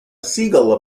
seagull